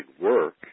work